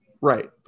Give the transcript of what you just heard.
Right